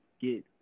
get